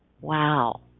wow